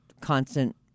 constant